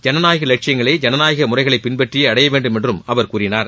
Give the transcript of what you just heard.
ஜனநாயக லட்சியங்களை ஐனநாயக முறைகளை பின்பற்றியே அடைய வேண்டும் என்றும் அவர் கூறினார்